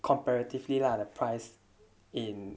comparatively lah the price in